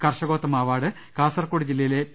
കർഷ കോത്തമ അവാർഡ് കാസർകോട് ജില്ലയിലെ പി